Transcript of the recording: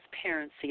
transparency